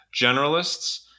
generalists